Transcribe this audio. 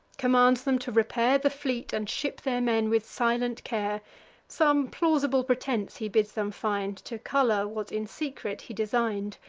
commands them to repair the fleet, and ship their men with silent care some plausible pretense he bids them find, to color what in secret he design'd.